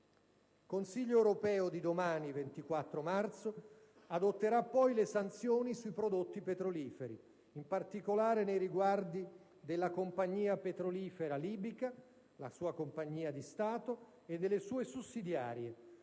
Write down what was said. Il Consiglio europeo di domani, 24 marzo, adotterà poi le sanzioni sui prodotti petroliferi, in particolare nei riguardi della compagnia petrolifera libica (la sua compagnia di Stato) e delle sue sussidiarie.